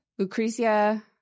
Lucrezia